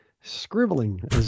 scribbling